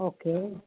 okay